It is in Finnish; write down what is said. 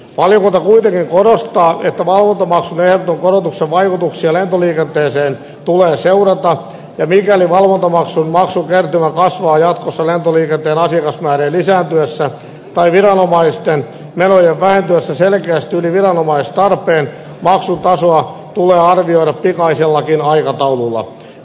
valiokunta kuitenkin korostaa että valvontamaksun ehdotetun korotuksen vaikutuksia lentoliikenteeseen tulee seurata ja mikäli valvontamaksun maksukertymä kasvaa jatkossa lentoliikenteen asiakasmäärien lisääntyessä tai viranomaisten menojen vähentyessä selkeästi yli viranomaistarpeen maksun tasoa tulee arvioida pikaisellakin aikataululla